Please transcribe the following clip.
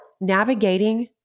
navigating